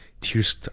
Tears